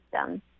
system